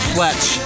Fletch